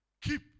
Keep